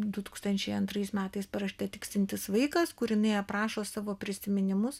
du tūkstančiai antrais metais parašyta tiksintis vaikas kūriniai aprašo savo prisiminimus